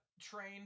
train